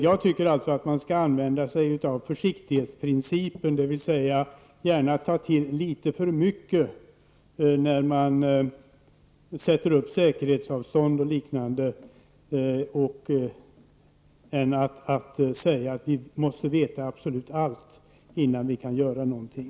Jag tycker alltså att man skall använda sig av försiktighetsprincipen, dvs. gärna ta till litet för mycket när man sätter upp säkerhetsavstånd och liknande, än att säga att vi måste veta absolut allt innan vi kan göra någonting.